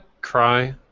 cry